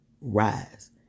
Rise